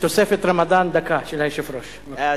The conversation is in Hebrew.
תוספת רמדאן של היושב-ראש, דקה.